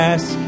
Ask